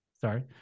sorry